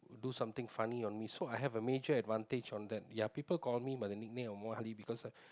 do something funny on me so I have a major advantage on that ya people call me by the nickname of Muhammad Ali because